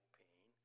pain